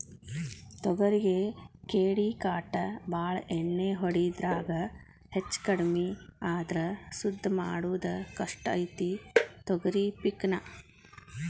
ತೊಗರಿಗೆ ಕೇಡಿಕಾಟ ಬಾಳ ಎಣ್ಣಿ ಹೊಡಿದ್ರಾಗ ಹೆಚ್ಚಕಡ್ಮಿ ಆದ್ರ ಸುದ್ದ ಮಾಡುದ ಕಷ್ಟ ಐತಿ ತೊಗರಿ ಪಿಕ್ ನಾ